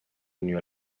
unió